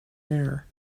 air